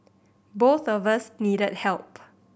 both of us needed help